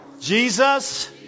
Jesus